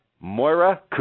Moira